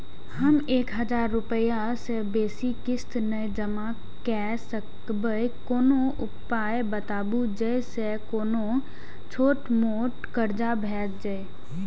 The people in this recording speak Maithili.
हम एक हजार रूपया से बेसी किस्त नय जमा के सकबे कोनो उपाय बताबु जै से कोनो छोट मोट कर्जा भे जै?